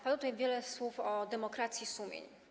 Padło tutaj wiele słów o demokracji sumień.